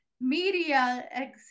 Media